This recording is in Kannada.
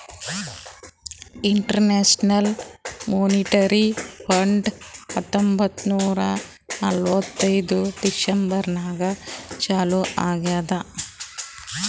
ಇಂಟರ್ನ್ಯಾಷನಲ್ ಮೋನಿಟರಿ ಫಂಡ್ ಹತ್ತೊಂಬತ್ತ್ ನೂರಾ ನಲ್ವತ್ತೈದು ಡಿಸೆಂಬರ್ ನಾಗ್ ಚಾಲೂ ಆಗ್ಯಾದ್